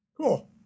Cool